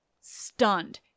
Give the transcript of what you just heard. stunned